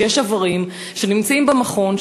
שיש איברים שנמצאים במכון,